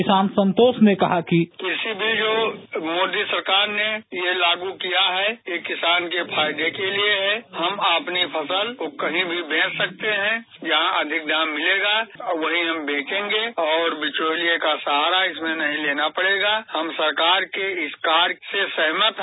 किसान सन्तोष ने कहा कृषि बिल जो मोदी सरकार ने यह लागू किया है यह किसान के फायदे के लिए है हम अपने फसल को कहीं भी बेंच सकते हैं जहां अधिक दाम मिलेगा वहीं हम बेचेंगे और बिचौलिए का सहारा इसमें नहीं लेना पड़ेगा हम सरकार के इस कार्य से सहमत हैं